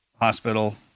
hospital